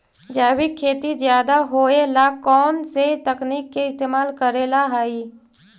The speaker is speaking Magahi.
जैविक खेती ज्यादा होये ला कौन से तकनीक के इस्तेमाल करेला हई?